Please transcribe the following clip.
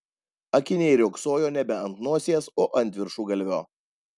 akiniai riogsojo nebe ant nosies o ant viršugalvio